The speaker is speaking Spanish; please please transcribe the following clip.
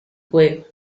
juego